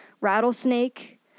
Rattlesnake